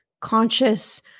conscious